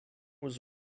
was